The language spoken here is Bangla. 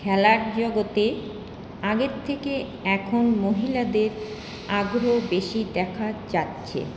খেলার জগতে আগের থেকে এখন মহিলাদের আগ্রহ বেশী দেখা যাচ্ছে